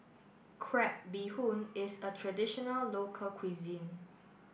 Crab Bee Hoon is a traditional local cuisine